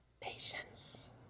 patience